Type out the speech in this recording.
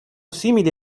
simili